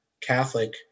Catholic